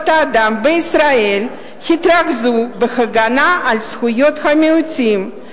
אדם בישראל התרכזו בהגנה על זכויות המיעוטים,